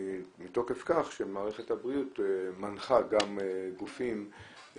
מתוקף כך שמערכת הבריאות מנחה גם וחוזר